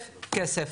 כסף, כסף.